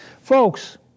Folks